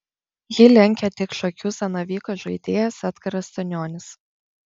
jį lenkia tik šakių zanavyko žaidėjas edgaras stanionis